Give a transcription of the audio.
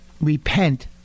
repent